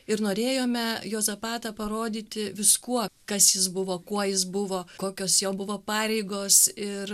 ir norėjome juozapatą parodyti viskuo kas jis buvo kuo jis buvo kokios jo buvo pareigos ir